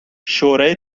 شورای